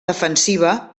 defensiva